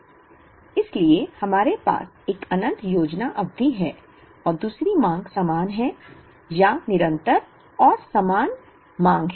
इसलिए हमारे पास एक अनंत योजना अवधि है और दूसरी मांग समान है या निरंतर और समान मांग है